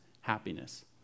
happiness